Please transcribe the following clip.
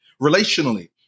relationally